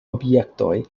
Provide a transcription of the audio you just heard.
objektoj